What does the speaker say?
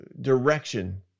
direction